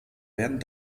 werden